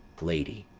lady.